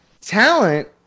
talent